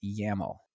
YAML